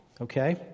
Okay